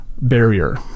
barrier